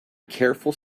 careful